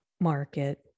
market